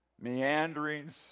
meanderings